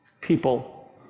people